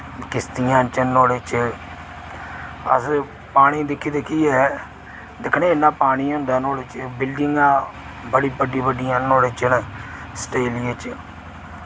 किश्तियां न च नुआढ़े च अस पानी दिक्खी दिक्खियै दिक्खने इन्ना पानी होंदा नुआढ़े च बिल्डिंगां बड़ी बड्डी बड्डियां न नुआढ़े च न अस्ट्रेलिया च